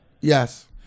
Yes